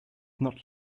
not